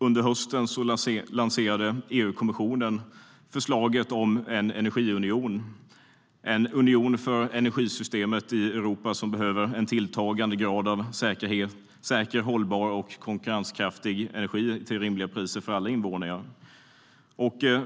Under hösten lanserade EU-kommissionen förslaget om en energiunion, en union för energisystemet i Europa som behöver en tilltagande grad av säker, hållbar och konkurrenskraftig energi till rimliga priser för alla invånare.